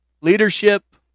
leadership